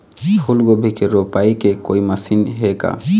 फूलगोभी के रोपाई के कोई मशीन हे का?